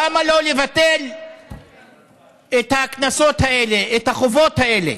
למה לא לבטל את הקנסות האלה, את החובות האלה?